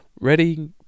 ready